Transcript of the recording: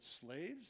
slaves